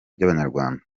by’abanyarwanda